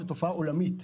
זוהי תופעה עולמית.